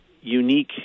unique